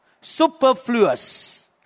Superfluous